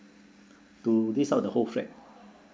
to lease out the whole flat